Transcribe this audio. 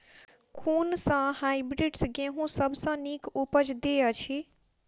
कुन सँ हायब्रिडस गेंहूँ सब सँ नीक उपज देय अछि?